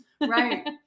Right